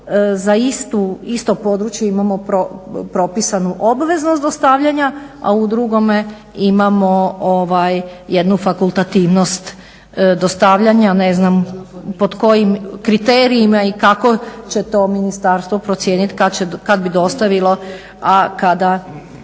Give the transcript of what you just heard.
za isto područje imamo propisano obveznost dostavljanja, a u drugome imamo jednu fakultativnost dostavljanja ne znam pod kojim kriterijima i kako će to ministarstvo procijeniti kada bi dostavilo a kada